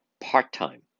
part-time